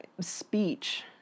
speech